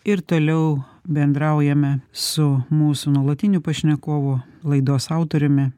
ir toliau bendraujame su mūsų nuolatiniu pašnekovu laidos autoriumi